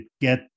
get